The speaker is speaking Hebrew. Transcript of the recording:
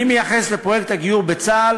אני מייחס לפרויקט הגיור בצה"ל